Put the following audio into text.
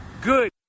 good